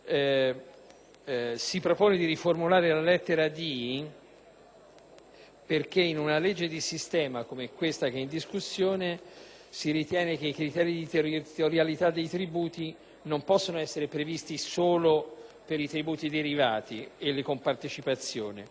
che in una legge di sistema come questa che è in discussione i criteri di territorialità dei tributi non possano essere previsti solo per i tributi derivati e le compartecipazioni, ma debbano necessariamente riguardare anche tutti i tributi regionali.